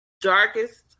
darkest